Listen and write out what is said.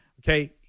Okay